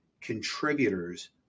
contributors